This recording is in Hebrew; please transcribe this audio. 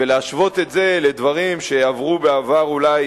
ולהשוות את זה לדברים שעברו בעבר אולי